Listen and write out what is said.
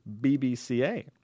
BBCA